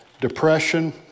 depression